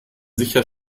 sicher